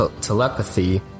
telepathy